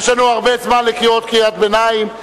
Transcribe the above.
יש לנו הרבה זמן לקרוא קריאת ביניים.